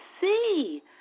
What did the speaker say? see